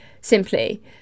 simply